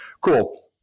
Cool